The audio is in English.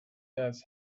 has